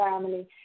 family